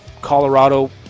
Colorado